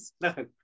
No